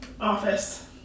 Office